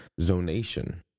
zonation